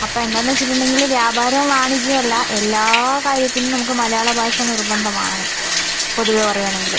അപ്പോൾ എന്താന്ന് വച്ചിട്ടുണ്ടെങ്കില് വ്യാപാരം വാണിജ്യം അല്ല എല്ലാ കാര്യത്തിനും നമുക്ക് മാലയാള ഭാഷ നിർബന്ധമാണ് പൊതുവെ പറയുവാണെങ്കില്